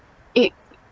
it